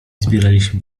zbieraliśmy